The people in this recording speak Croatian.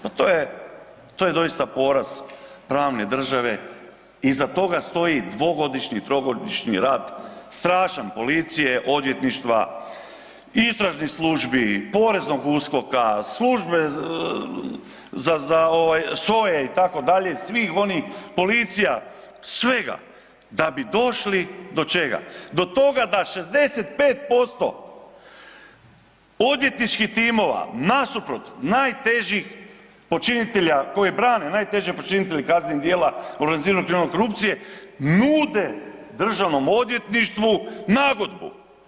Pa to je, to je doista poraz pravne države, iza toga stoji dvogodišnji i trogodišnji rad strašan policije, odvjetništva, istražnih službi, poreznog USKOK-a, službe za, za ovaj SOA-e itd. i svih onih, policija, svega da bi došli do čega, do toga da 65% odvjetničkih timova nasuprot najtežih počinitelja koji brane najteže počinitelje kaznenih djela organiziranog kriminala i korupcije nude državnom odvjetništvu nagodbu.